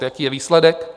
Jaký je výsledek?